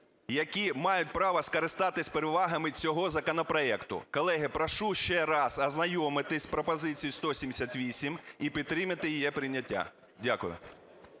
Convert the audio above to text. які мають право скористатись перевагами цього законопроекту. Колеги, прошу ще раз ознайомитись з пропозицією 178 і підтримати її прийняття. Дякую.